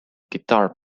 guitar